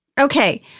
Okay